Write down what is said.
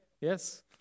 Yes